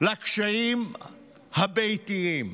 לקשיים הביתיים.